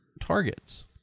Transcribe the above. targets